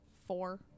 Four